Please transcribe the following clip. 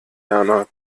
erna